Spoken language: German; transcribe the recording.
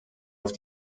auf